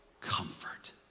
Comfort